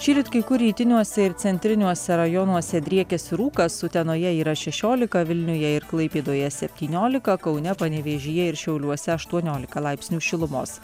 šįryt kai kur rytiniuose ir centriniuose rajonuose driekėsi rūkas utenoje yra šešiolika vilniuje ir klaipėdoje septyniolika kaune panevėžyje ir šiauliuose aštuoniolika laipsnių šilumos